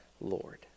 Lord